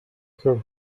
her